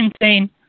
insane